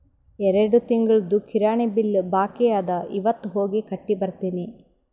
ಎರಡು ತಿಂಗುಳ್ದು ಕಿರಾಣಿ ಬಿಲ್ ಬಾಕಿ ಅದ ಇವತ್ ಹೋಗಿ ಕಟ್ಟಿ ಬರ್ತಿನಿ